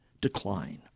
decline